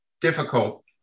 difficult